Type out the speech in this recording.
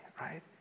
right